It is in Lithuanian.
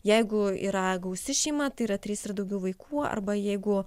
jeigu yra gausi šeima tai yra trys ir daugiau vaikų arba jeigu